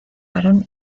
barón